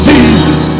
Jesus